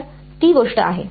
तर ती गोष्ट आहे